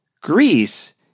Greece